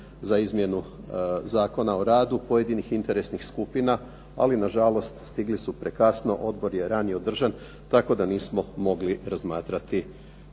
za izmjenu Zakona o radu, pojedinih interesnih skupina, ali na žalost stigli su prekasno, odbor je ranije održan tako da nismo mogli razmatrati